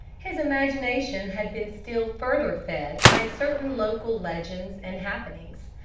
his imagination had been still further fed by certain local legends and happenings,